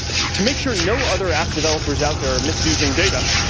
to make sure no other app developers out there are misusing data,